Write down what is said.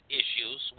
issues